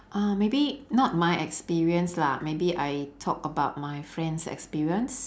uh maybe not my experience lah maybe I talk about my friend's experience